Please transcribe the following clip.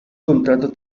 contrato